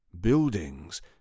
buildings